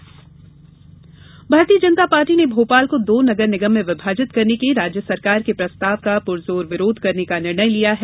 भाजपा विरोध भारतीय जनता पार्टी ने भोपाल को दो नगर निगम में विभाजित करने के राज्य सरकार के प्रस्ताव का पुरजोर विरोध करने का निर्णय लिया है